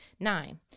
Nine